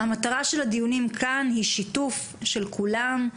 מטרת הדיונים כאן היא שיתוף של כולם,